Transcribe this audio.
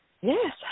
Yes